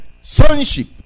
sonship